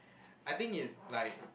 I think it like